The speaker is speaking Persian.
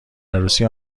عروسی